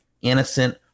innocent